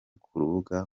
kurubuga